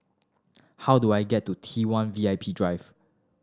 how do I get to T One V I P Drive